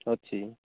ଅଛି